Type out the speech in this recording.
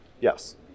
Yes